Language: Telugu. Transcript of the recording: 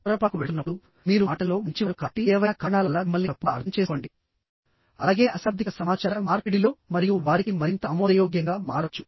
పొరపాటుకు వెళుతున్నప్పుడు మీరు మాటలలో మంచివారు కాబట్టి ఏవైనా కారణాల వల్ల మిమ్మల్ని తప్పుగా అర్థం చేసుకోండి అలాగే అశాబ్దిక సమాచార మార్పిడిలో మరియు వారికి మరింత ఆమోదయోగ్యంగా మారవచ్చు